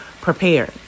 prepared